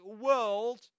world